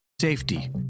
safety